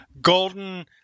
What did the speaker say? golden